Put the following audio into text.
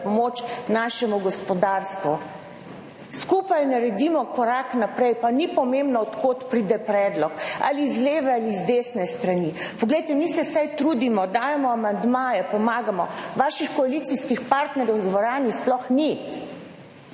pomoč našemu gospodarstvu. Skupaj naredimo korak naprej, pa ni pomembno, od kod pride predlog, ali z leve ali z desne strani. Poglejte, mi se vsaj trudimo, dajemo amandmaje, pomagamo. Vaših koalicijskih partnerjev v dvorani sploh ni,